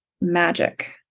magic